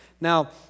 Now